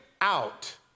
out